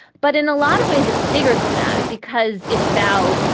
but in a lot of ways, it's bigger than that because it's about,